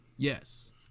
Yes